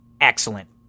excellent